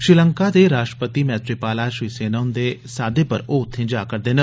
श्रीलंका दे राष्ट्रपति मैत्रीपाला श्री सेना ह्न्दे साद्दे पर ओ उत्थे जा करदे न